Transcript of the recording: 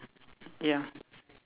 ya